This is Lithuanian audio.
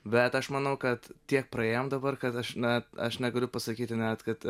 bet aš manau kad tiek praėjom dabar kad aš na aš negaliu pasakyti net kad